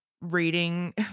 reading